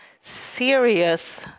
serious